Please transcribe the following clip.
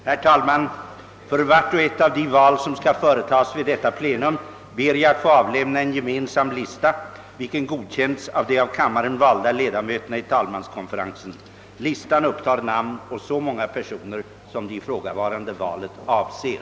Herr talman! För vart och ett av de val som skall företagas vid detta plenum ber jag att få avlämna en gemensam lista, vilken godkänts av de av kammaren valda ledamöterna i talmanskonferensen. Listan upptar namn å så många personer, som det ifrågavarande valet avser.